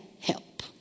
help